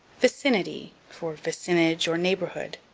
vicinity for vicinage, or neighborhood.